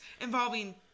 involving